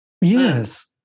Yes